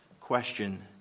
question